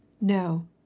No